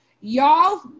Y'all